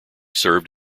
served